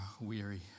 weary